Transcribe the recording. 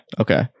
Okay